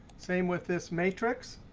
same with this matrix.